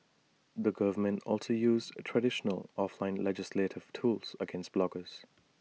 the government also used traditional offline legislative tools against bloggers